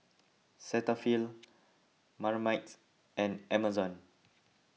Cetaphil Marmite and Amazon